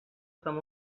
com